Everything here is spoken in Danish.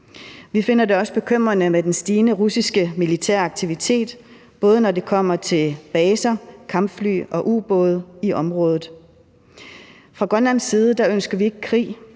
Vi finder det også bekymrende med den stigende russiske militære aktivitet, både når det kommer til baser, kampfly og ubåde i området. Fra Grønlands side ønsker vi ikke krig.